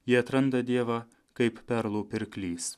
jie atranda dievą kaip perlų pirklys